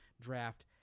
draft